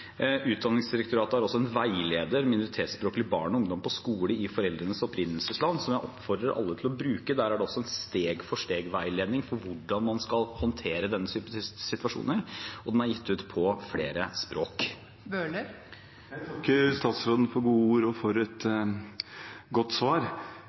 Utdanningsdirektoratet har også en veileder: Minoritetsspråklige barn og ungdom på skole i foreldres opprinnelsesland, som jeg oppfordrer alle til å bruke. Der er det også steg for steg-veiledning for hvordan man skal håndtere denne typen situasjoner. Den er utgitt på flere språk. Jeg takker statsråden for gode ord og for et